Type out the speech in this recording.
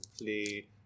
play